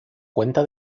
cuenta